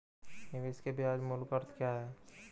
निवेश के ब्याज मूल्य का अर्थ क्या है?